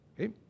Okay